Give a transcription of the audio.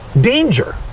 danger